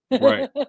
right